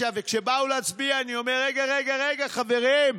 2009, וכשבאו להצביע אני אומר: רגע, רגע, חברים,